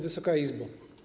Wysoka Izbo!